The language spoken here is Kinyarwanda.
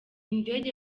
indege